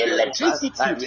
Electricity